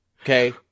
okay